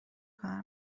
کار